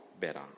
better